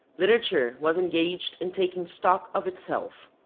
literature was engaged in taking stock of itself.